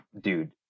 Dude